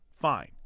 Fine